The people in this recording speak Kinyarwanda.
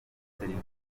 serivisi